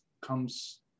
comes